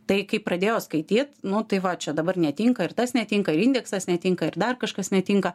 tai kai pradėjo skaityt nu tai va čia dabar netinka ir tas netinka ir indeksas netinka ir dar kažkas netinka